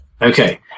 Okay